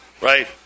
right